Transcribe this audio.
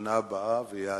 לשנה הבאה ועל יעדיהם,